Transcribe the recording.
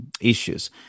issues